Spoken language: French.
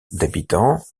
d’habitants